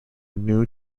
new